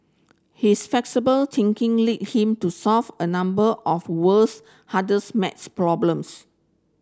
his flexible thinking lead him to solve a number of world's hardest maths problems